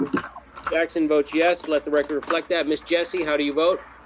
jackson votes yes. let the record reflect that. miss jessie, how do you vote?